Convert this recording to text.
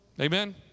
Amen